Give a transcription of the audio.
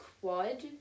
quad